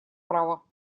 права